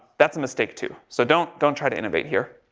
that's a mistake too. so don't, don't try to innovate here.